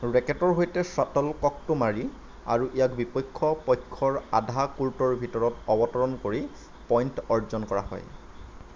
ৰেকেটৰ সৈতে শ্বাটলককটো মাৰি আৰু ইয়াক বিপক্ষ পক্ষৰ আধা কোৰ্টৰ ভিতৰত অৱতৰণ কৰি পইণ্ট অৰ্জন কৰা হয়